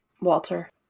walter